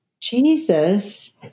Jesus